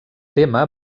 tema